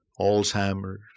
Alzheimer's